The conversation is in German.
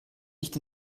nicht